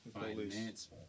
finance